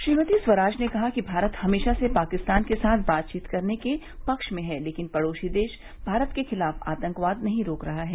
श्रीमती स्वराज ने कहा कि भारत हमेशा से पाकिस्तान के साथ बातचीत करने के पक्ष में है लेकिन पड़ोसी देश भारत के खिलाफ आतंकवाद नहीं रोक रहा है